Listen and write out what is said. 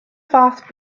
fath